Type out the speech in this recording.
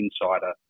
insider